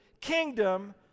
kingdom